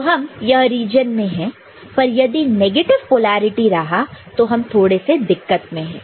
तो हम यह रीजन में है पर यदि नेगेटिव पोलैरिटी रहा तो हम थोड़े से दिक्कत में है